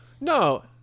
No